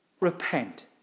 Repent